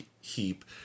heap